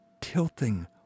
tilting